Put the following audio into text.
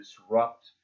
disrupt